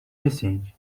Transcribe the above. missing